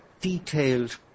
detailed